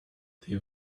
they